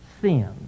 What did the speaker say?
sin